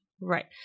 right